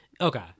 Okay